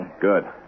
Good